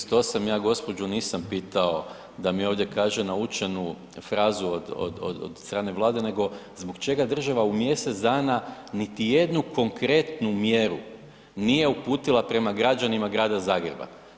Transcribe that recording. Povrijeđen je 238., ja gospođu nisam pitao da mi ovdje kaže naučenu frazu od strane Vlade nego zbog čega država u mjesec dana niti jednu konkretnu mjeru nije uputila prema građanima grada Zagreba.